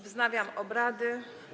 Wznawiam obrady.